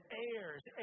heirs